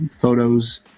photos